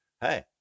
hey